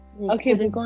Okay